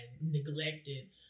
neglected